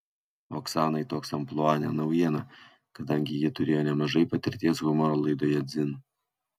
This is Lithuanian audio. oksanai toks amplua ne naujiena kadangi ji turėjo nemažai patirties humoro laidoje dzin